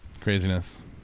craziness